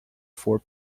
four